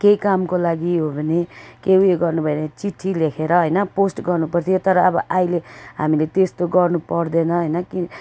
केही कामको लागि हो भने के उयो गर्नु भयो भने चिठ्ठी लेखेर होइन पोस्ट गर्नु पर्थ्यो तर अब अहिले हामीले त्यस्तो गर्नु पर्दैन होइन